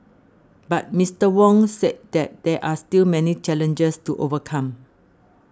but Mister Wong said that there are still many challenges to overcome